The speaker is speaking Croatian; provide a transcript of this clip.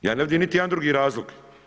Ja ne vidim niti jedan drugi razlog.